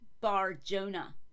Bar-Jonah